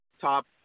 top